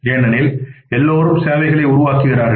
ஏனெனில் எல்லோரும் சேவைகளை உருவாக்குகிறார்கள்